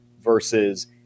versus